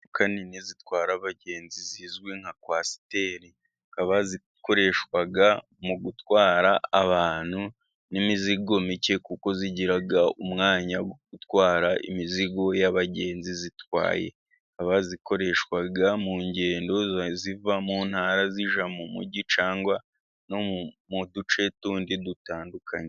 Imodoka nini zitwara abagenzi zizwi nka kwasiteri zikoreshwa mu gutwara abantu n'imizigo mike kuko zigira umwanya wo gutwara imizigo y'abagenzi zitwaye. Zikoreshwa mu ngendo ziva mu ntara zija mu mujyi cyangwa no mu duce tundi dutandukanye.